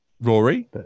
Rory